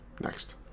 Next